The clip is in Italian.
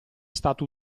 stato